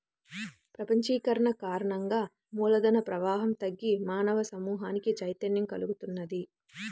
ప్రపంచీకరణ కారణంగా మూల ధన ప్రవాహం తగ్గి మానవ సమూహానికి చైతన్యం కల్గుతున్నది